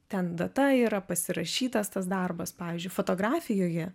ten data yra pasirašytas tas darbas pavyzdžiui fotografijoje